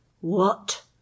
What